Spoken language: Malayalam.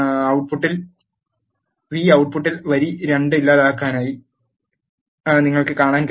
Vo ട്ട് പുട്ടിൽ വരി 2 ഇല്ലാതാക്കിയതായി നിങ്ങൾക്ക് കാണാൻ കഴിയും